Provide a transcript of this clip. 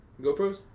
GoPros